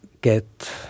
get